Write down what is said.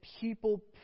people